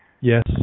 Yes